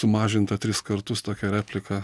sumažinta tris kartus tokia replika